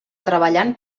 treballant